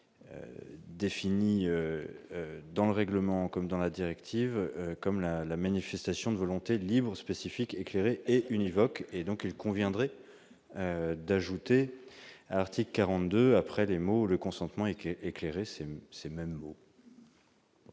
définies dans le règlement, comme dans la directive, comme la la manifestation de volonté spécifique éclairé et univoque et donc il conviendrait d'ajouter : article 42 après les mots, le consentement et qui est